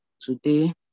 today